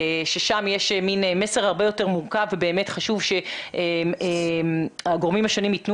ששם יש מין מסר הרבה יותר מורכב ובאמת חשוב שהגורמים השונים ייתנו